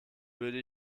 würde